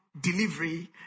delivery